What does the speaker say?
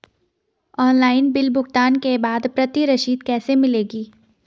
Online bill भुगतान के बाद प्रति रसीद कैसे मिलेगी?